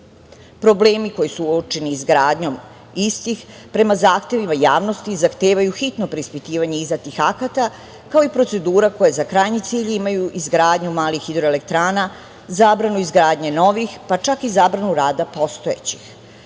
Problemi koji su uočeni izgradnjom istih, prema zahtevima javnosti zahtevaju hitno preispitivanje izdatih akata, kao i procedura koja za krajnji cilj imaju izgradnju malih hidroelektrana, zabranu izgradnje novih, pa čak i zabranu rada postojećih. Posebno